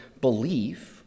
belief